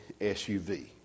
SUV